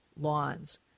lawns